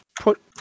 put